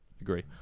Agree